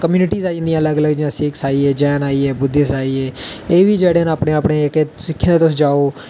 कम्युनिटियां आई जंदियां अलग अलग जि'यां सिक्ख आई गे जैन आई गे बुद्धिस्ट आई गे एह् बी जेह्ड़े नै अपने अपने सिक्खें दे तुस जाओ